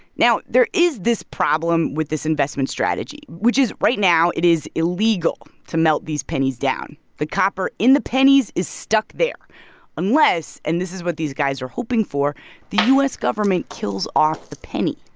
now, there is this problem with this investment strategy, which is right now it is illegal to melt these pennies down. the copper in the pennies is stuck there unless and this is what these guys are hoping for the u s. government kills off the penny